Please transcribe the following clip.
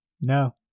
No